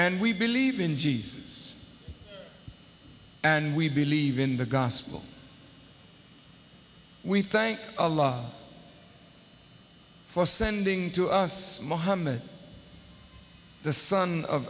and we believe in jesus and we believe in the gospel we thank a lot for sending to us mohammed the son of